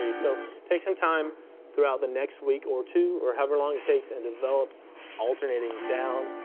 so take some time throughout the next week or two, or however long it takes, and develop alternating, down-up,